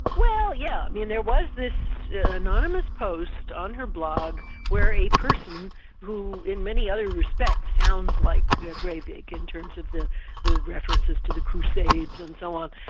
yeah mean, there was this anonymous post on her blog where a person who in many other respects, sounds like breivik, in terms of the the references to the crusades and so on,